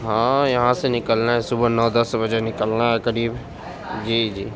ہاں یہاں سے نکلنا ہے صبح نو دس بجے نکلنا ہے قریب جی جی